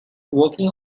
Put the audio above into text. working